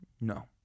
No